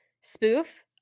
spoof